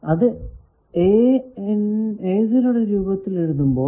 അത് യുടെ രൂപത്തിൽ എഴുതുമ്പോൾ